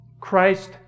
Christ